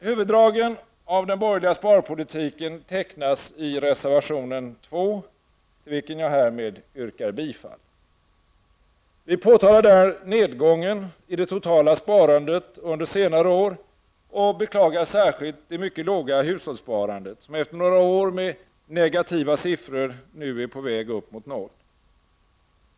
Huvuddragen i den borgerliga sparpolitiken tecknas i reservation 2, till vilken jag härmed yrkar bifall. Vi påtalar där nedgången i det totala sparandet under senare år och beklagar särskilt det mycket låga hushållssparandet, som efter några år med negativa siffror nu är på väg upp mot noll.